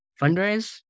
fundraise